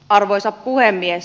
arvoisa puhemies